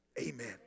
amen